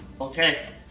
Okay